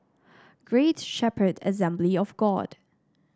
Great Shepherd Assembly of God